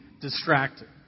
distracted